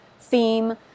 theme